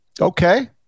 Okay